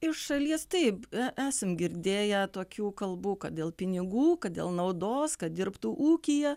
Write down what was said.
iš šalies taip esam girdėję tokių kalbų kad dėl pinigų kad dėl naudos kad dirbtų ūkyje